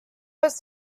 was